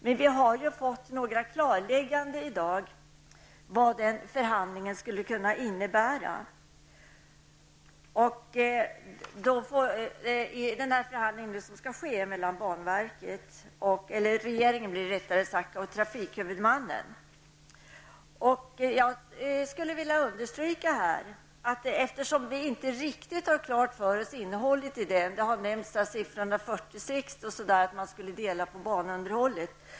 Men vi har ju fått några klarlägganden i dag om innebörden av den förhandling som nu skall ske mellan regeringen och trafikhuvudmannen. Vi har inte riktigt haft klart för oss innehållet i den -- det har nämnts siffran 146, och att man skulle dela på banunderhållet.